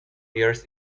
years